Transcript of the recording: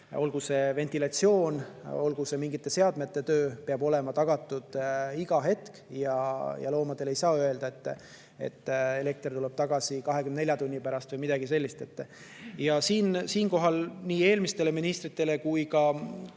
olgu see ventilatsioon, olgu see mingite seadmete töö – peab olema tagatud igal hetkel. Loomadele ei saa öelda, et elekter tuleb tagasi 24 tunni pärast või midagi sellist. Siinkohal tuleb nii eelmistele ministritele kui ka